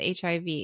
HIV